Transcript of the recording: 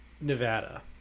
Nevada